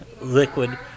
liquid